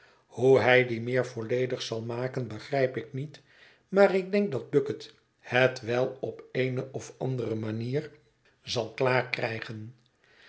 hoe hij die meer volledig zal maken begrijp ik niet maar ik denk dat bucket het wel op eene of andere manier zal klaar krijgen